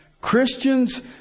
Christians